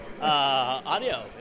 audio